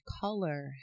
color